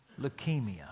leukemia